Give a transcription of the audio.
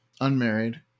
unmarried